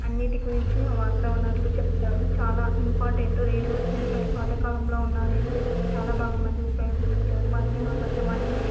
అన్నిటి గురించి వార్తా వనరులు చెప్తారు చాలా ఇంపార్టెంటు రేడియో వెనకటి పాతకాలంలో ఉన్న రేడియో ఇప్పుడు చాలా బాగా మంది ఉపయోగించారు వాటిని ఆకాశవాణి